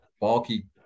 bulky